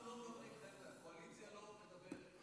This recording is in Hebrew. הקואליציה לא מדברת.